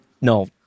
no